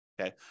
okay